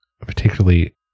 particularly